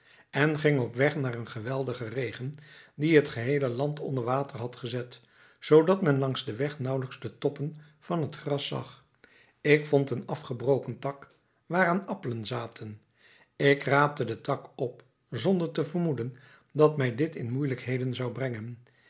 en ging op weg na een geweldigen regen die het geheele land onder water had gezet zoodat men langs den weg nauwelijks de toppen van het gras zag ik vond een afgebroken tak waaraan appelen zaten ik raapte den tak op zonder te vermoeden dat mij dit in moeilijkheden zou brengen